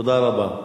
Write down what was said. תודה רבה.